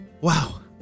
Wow